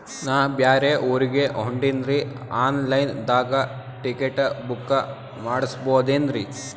ನಾ ಬ್ಯಾರೆ ಊರಿಗೆ ಹೊಂಟಿನ್ರಿ ಆನ್ ಲೈನ್ ದಾಗ ಟಿಕೆಟ ಬುಕ್ಕ ಮಾಡಸ್ಬೋದೇನ್ರಿ?